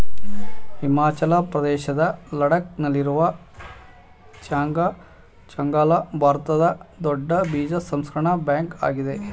ಹಿಮಾಚಲ ಪ್ರದೇಶದ ಲಡಾಕ್ ನಲ್ಲಿರುವ ಚಾಂಗ್ಲ ಲಾ ಭಾರತದ ದೊಡ್ಡ ಬೀಜ ಸಂರಕ್ಷಣಾ ಬ್ಯಾಂಕ್ ಆಗಿದೆ